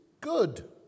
good